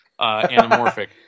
anamorphic